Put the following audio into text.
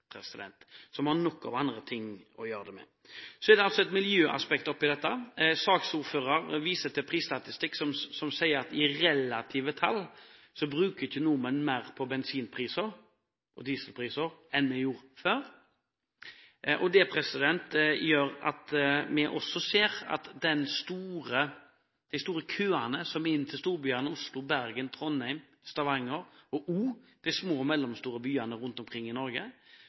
vi har nok av andre ting å bruke pengene på. Så er det et miljøaspekt i dette. Saksordføreren viser til prisstatistikk som sier at i relative tall bruker ikke nordmenn mer penger på bensin og diesel enn vi gjorde før. Det gjør at på grunn av de store køene inn til storbyene – Oslo, Bergen, Trondheim og Stavanger – og til de små- og mellomstore byene rundt omkring i Norge